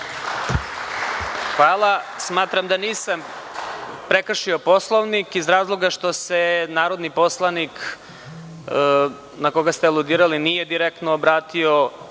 Smatram da nisam prekršio Poslovnik, iz razloga što se narodni poslanik na koga ste aludirali nije direktno obratio